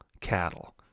cattle